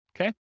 okay